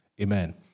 Amen